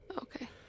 Okay